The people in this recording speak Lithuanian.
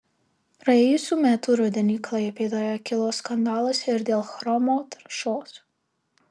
praėjusių metų rudenį klaipėdoje kilo skandalas ir dėl chromo taršos